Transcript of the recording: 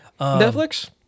Netflix